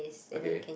okay